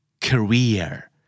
Career